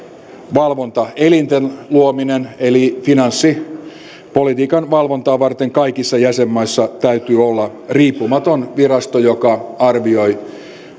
valvontaelinten luominen eli finanssipolitiikan valvontaa varten kaikissa jäsenmaissa täytyy olla riippumaton virasto joka arvioi